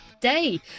day